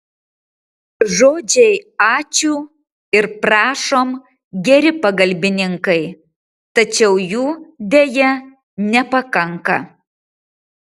žodžiai ačiū ir prašom geri pagalbininkai tačiau jų deja nepakanka